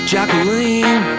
Jacqueline